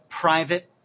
private